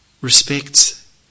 respects